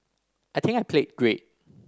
I think I played great